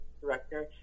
director